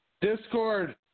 Discord